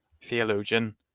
theologian